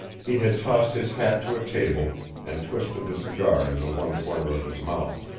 he had tossed his hat to a table and twisted the cigar into one corner of his mouth.